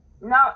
No